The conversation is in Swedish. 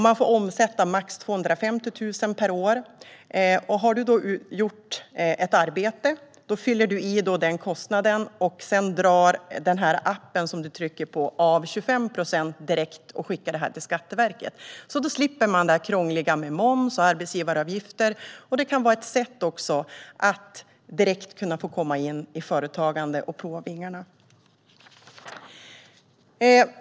Man får omsätta max 250 000 per år. Om man har gjort ett arbete, fyller man i kostnaden. Appen drar direkt av 25 procent och skickar det till Skatteverket. Man slipper krångla med moms och arbetsgivaravgifter. Det kan också vara ett sätt att komma in i företagande direkt och prova vingarna.